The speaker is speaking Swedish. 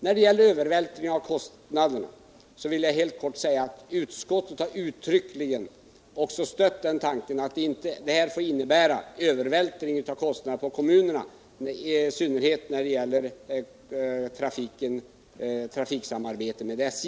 När det gäller övervältring av kostnaderna vill jag helt kort säga att utskottet uttryckligen har stött tanken att det här inte får innebära övervältring av kostnaderna på kommunerna — i synnerhet inte när det gäller trafiksamarbetet med SJ.